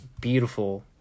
beautiful